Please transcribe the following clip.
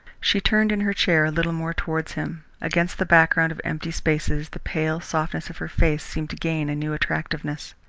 she turned in her chair a little more towards him. against the background of empty spaces, the pale softness of her face seemed to gain a new attractiveness.